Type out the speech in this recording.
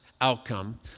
outcome